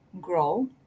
grow